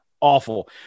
Awful